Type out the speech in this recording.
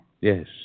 Yes